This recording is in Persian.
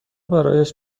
برایش